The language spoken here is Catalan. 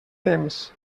temps